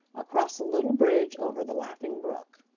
across a little bridge over the laughing brook.